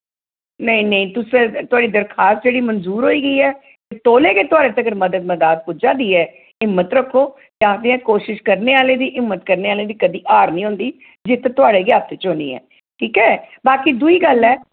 नेईं नेईं तुस थोआढ़ी दरखास्त जेह्ड़ी मंजूर होई गेई ऐ ते तौले गै थोआढ़े तगर मदाद पुज्जा दी ऐ हिम्मत रक्खो ते आखदे आं कोशिश करने आह्लें दी हिम्मत करने आह्लें दी कदें हार निं होंदी जित्त थोआढ़े गै हत्थ च होनी ऐ ठीक ऐ बाकी दूई गल्ल ऐ